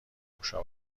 موشا